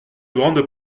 grande